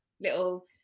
little